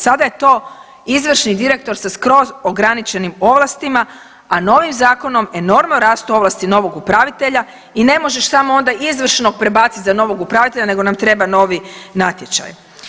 Sada je to izvršni direktor sa skroz ograničenim ovlastima, a novim zakonom enormno rastu ovlasti novog upravitelja i ne možeš onda samo izvršnog prebaciti za novog upravitelja, nego nam treba novi natječaj.